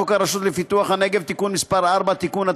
חוק הרשות לפיתוח הנגב (תיקון מס' 4) (תיקון),